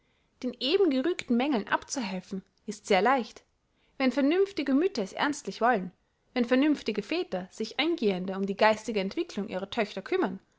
den eben gerügten mängeln abzuhelfen ist sehr leicht wenn vernünftige mütter es ernstlich wollen wenn vernünftige väter sich eingehender um die geistige entwicklung ihrer töchter kümmern